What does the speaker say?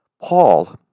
Paul